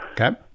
Okay